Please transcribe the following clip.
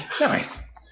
Nice